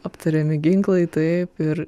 aptariami ginklai taip ir